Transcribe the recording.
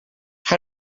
how